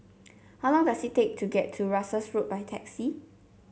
how long does it take to get to Russels Road by taxi